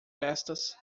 festas